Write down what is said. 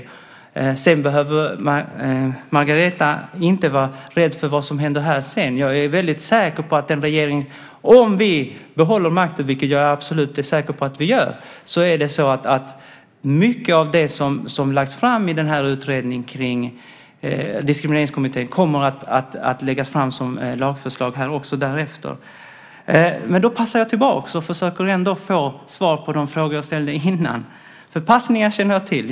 Magdalena behöver inte vara rädd för vad som händer här sedan. Om vi behåller makten, vilket jag är absolut säker på att vi gör, kommer mycket av det som lagts fram i den här utredningen kring Diskrimineringskommittén att läggas fram som lagförslag också. Men då passar jag tillbaka och försöker få svar på de frågor jag ställde tidigare. Passningar känner jag till.